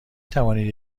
توانید